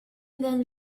then